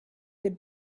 good